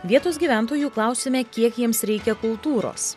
vietos gyventojų klausime kiek jiems reikia kultūros